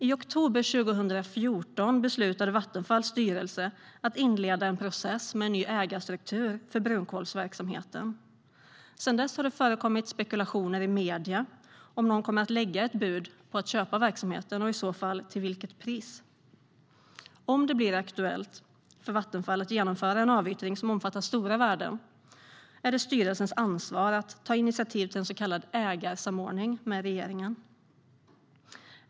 I oktober 2014 beslutade Vattenfalls styrelse att inleda en process med en ny ägarstruktur för brunkolsverksamheten. Sedan dess har det förekommit spekulationer i medierna om någon kommer att lägga ett bud för att köpa verksamheten och i så fall till vilket pris. Om det blir aktuellt för Vattenfall att genomföra en avyttring som omfattar stora värden är det styrelsens ansvar att ta initiativ till en så kallad ägarsamordning med regeringen.